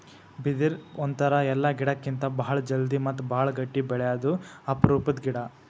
ಬಿದಿರ್ ಒಂಥರಾ ಎಲ್ಲಾ ಗಿಡಕ್ಕಿತ್ತಾ ಭಾಳ್ ಜಲ್ದಿ ಮತ್ತ್ ಭಾಳ್ ಗಟ್ಟಿ ಬೆಳ್ಯಾದು ಅಪರೂಪದ್ ಗಿಡಾ